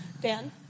Dan